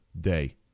day